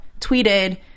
tweeted